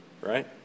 Right